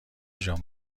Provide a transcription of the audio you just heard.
جان